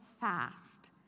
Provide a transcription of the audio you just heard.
fast